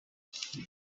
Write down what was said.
here